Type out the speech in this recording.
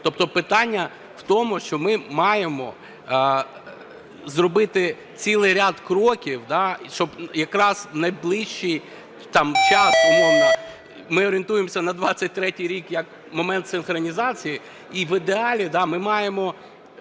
Тобто питання в тому, що ми маємо зробити цілий ряд кроків, щоб якраз в найближчий час, умовно ми орієнтуємося на 23-й рік як момент синхронізації, і в ідеалі ми маємо